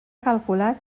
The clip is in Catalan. calculat